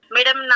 Madam